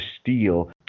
steal